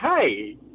hey